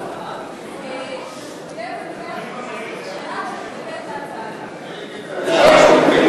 אני מחויבת על-ידי הממשלה להתנגד להצעה הזאת.